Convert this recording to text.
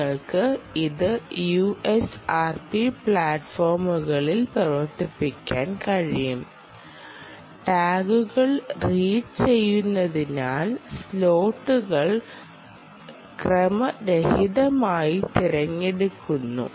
നിങ്ങൾക്ക് ഇത് യുഎസ്ആർപി പ്ലാറ്റ്ഫോമുകളിൽ പ്രവർത്തിപ്പിക്കാൻ കഴിയും ടാഗുകൾ റീഡ് ചെയ്യുന്നതിനാൽ സ്ലോട്ടുകൾ ക്രമരഹിതമായി തിരഞ്ഞെടുക്കുന്നു